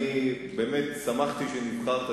אני באמת שמחתי שנבחרת,